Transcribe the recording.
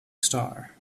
star